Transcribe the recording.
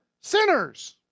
sinners